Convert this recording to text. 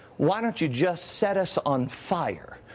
why don't you just set us on fire?